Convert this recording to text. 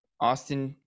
Austin